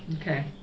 Okay